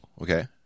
okay